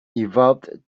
evolved